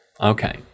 Okay